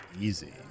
easy